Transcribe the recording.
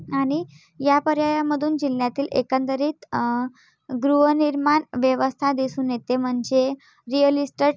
आणि या पर्यायामधून जिल्ह्यातील एकंदरीत गृहनिर्माण व्यवस्था दिसून येते म्हणजे रिअल इस्टट